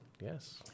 Yes